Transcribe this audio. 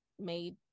made